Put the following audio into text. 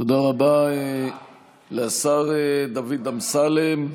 תודה רבה לשר דוד אמסלם.